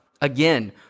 Again